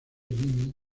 jimmy